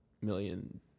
million